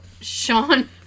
Sean